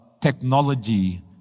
technology